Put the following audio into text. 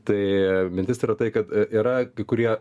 tai mintis yra tai kad yra kai kurie